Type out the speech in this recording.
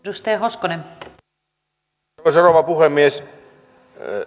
arvoisa rouva puhemies